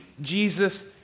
Jesus